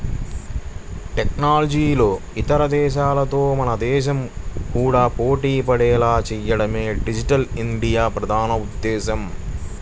టెక్నాలజీలో ఇతర దేశాలతో మన దేశం కూడా పోటీపడేలా చేయడమే డిజిటల్ ఇండియా ప్రధాన ఉద్దేశ్యం